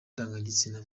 ndangagitsina